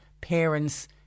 parents